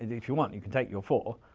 if you want you can take your four,